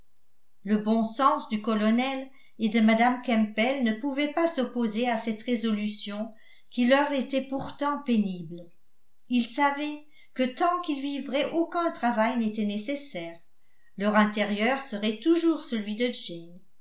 le bon sens du colonel et de mme campbell ne pouvait pas s'opposer à cette résolution qui leur était pourtant pénible ils savaient que tant qu'ils vivraient aucun travail n'était nécessaire leur intérieur serait toujours celui de jane